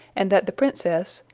and that the princess,